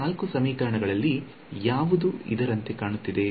ಈ ನಾಲ್ಕು ಸಮೀಕರಣಗಳಲ್ಲಿ ಯಾವುದು ಇದರಂತೆ ಕಾಣುತ್ತಿದೆ